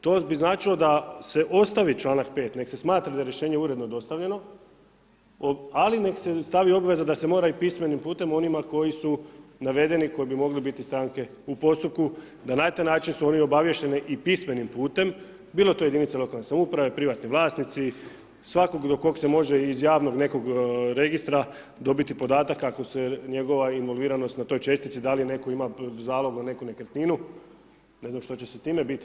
To bi značilo da se ostavi članak 5, nek se smatra da je rješenje uredno dostavljeno, ali nek se dostavi obveza da se mora i pismenim putem onima koji su navedeni, koji bi mogli biti stranke u postupku, da na taj način su oni obaviješteni i pismenim putem, bilo to jedinice lokalne samouprave, privatni vlasnici, svakog do kog se može iz javnog nekog registra dobiti podatak ako se njegova involviranost na toj čestici, da li netko ima zalog na neku nekretninu, ne znam što će sa time biti.